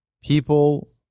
people